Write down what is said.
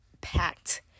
packed